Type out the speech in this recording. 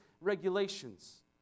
regulations